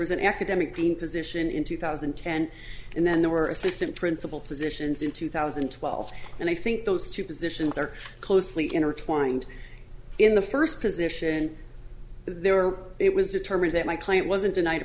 was an academic dean position in two thousand and ten and then there were assistant principal positions in two thousand and twelve and i think those two positions are closely intertwined in the first position there it was determined that my client wasn't a night